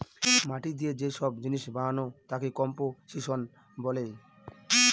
মাটি দিয়ে যে সব জিনিস বানানো তাকে কম্পোসিশন বলে